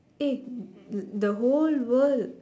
eh the whole world